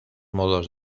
modos